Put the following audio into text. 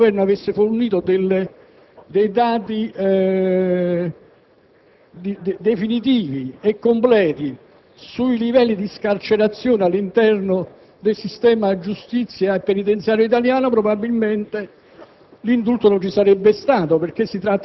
signor Presidente, probabilmente se il Governo avesse fornito dei dati definitivi e completi sui livelli di scarcerazione all'interno del sistema della giustizia penitenziaria italiana, probabilmente